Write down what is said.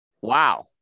Wow